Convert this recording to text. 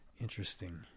interesting